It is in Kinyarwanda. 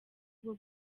bwo